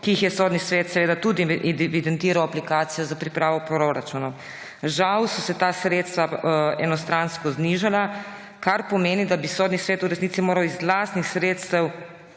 jih je Sodni svet tudi evidentiral v aplikacijo za pripravo proračuna. Žal so se ta sredstva enostransko znižala, kar pomeni, da bi Sodni svet v resnici moral skozi lastna sredstva,